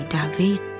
David